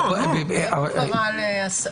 --- אנחנו לא מדברים על הסתה.